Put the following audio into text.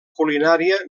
culinària